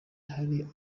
hari